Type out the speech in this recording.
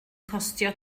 costio